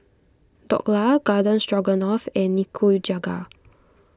Dhokla Garden Stroganoff and Nikujaga